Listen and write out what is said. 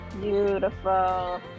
Beautiful